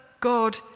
God